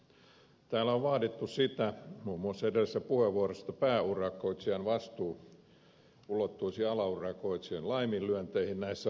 täällä on vaadittu sitä muun muassa edellisessä puheenvuorossa että pääurakoitsijan vastuu ulottuisi alaurakoitsijan laiminlyönteihin näissä asioissa